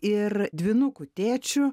ir dvynukų tėčiu